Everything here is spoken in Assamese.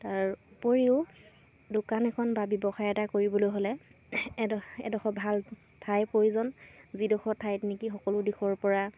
তাৰ উপৰিও দোকান এখন বা ব্যৱসায় এটা কৰিবলৈ হ'লে এডোখৰ ভাল ঠাইৰ প্ৰয়োজন যিডোখৰ ঠাইত নেকি সকলো দিশৰপৰা